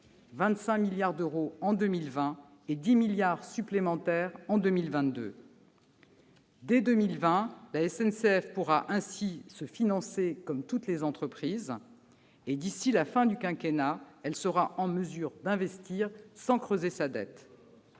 25 milliards d'euros en 2020 et 10 milliards d'euros supplémentaires en 2022. Dès 2020, la SNCF pourra ainsi se financer comme toutes les entreprises ; d'ici à la fin du quinquennat, elle sera en mesure d'investir sans creuser sa dette.